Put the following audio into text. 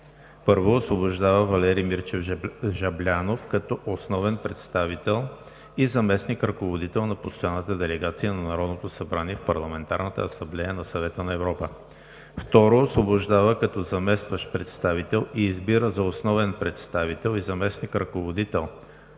1. Освобождава Валери Мирчев Жаблянов като основен представител и заместник-ръководител на постоянната делегация на Народното събрание в Парламентарната асамблея на Съвета на Европа. 2. Освобождава като заместващ представител и избира за основен представител и заместник-ръководител